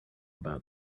about